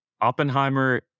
Oppenheimer